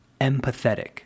Empathetic